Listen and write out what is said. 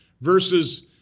versus